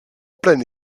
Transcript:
pleine